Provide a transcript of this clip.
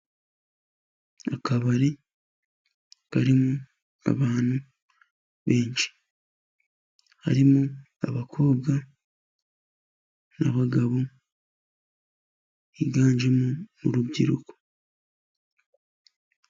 Akabari karimo abantu benshi, harimo abakobwa n'abagabo higanjemo n'urubyiruko.